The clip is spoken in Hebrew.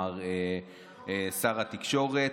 מר שר התקשורת,